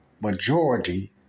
majority